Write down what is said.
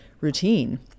routine